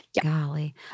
Golly